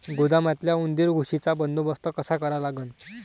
गोदामातल्या उंदीर, घुशीचा बंदोबस्त कसा करा लागन?